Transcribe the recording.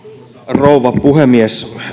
rouva puhemies